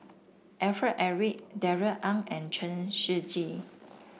Alfred Eric Darrell Ang and Chen Shiji